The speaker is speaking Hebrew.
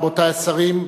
רבותי השרים,